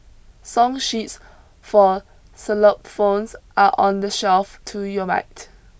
song sheets for xylophones are on the shelf to your right